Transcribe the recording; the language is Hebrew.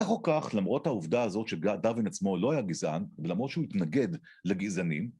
כך או כך, למרות העובדה הזאת שדרווין עצמו לא היה גזען, למרות שהוא התנגד לגזענים